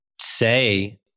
say